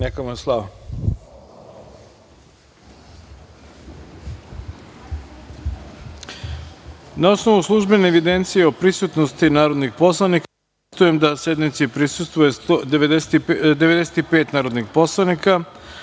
osnovu službene evidencije o prisutnosti narodnih poslanika, konstatujem da sednici prisustvuje 95 narodnih poslanika. Podsećam